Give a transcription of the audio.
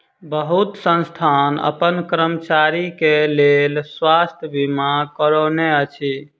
बहुत संस्थान अपन कर्मचारी के लेल स्वास्थ बीमा करौने अछि